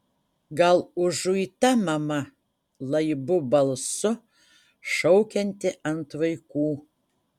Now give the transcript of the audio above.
gal užuita mama laibu balsu šaukianti ant vaikų